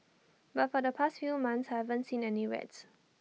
but for the past few months I haven't seen any rats